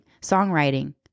songwriting